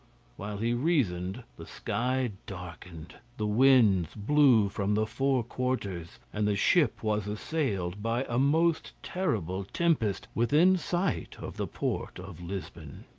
while he reasoned, the sky darkened, the winds blew from the four quarters, and the ship was assailed by a most terrible tempest within sight of the port of lisbon.